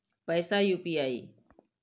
पैसा यू.पी.आई?